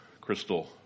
crystal